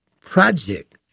Project